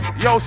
yo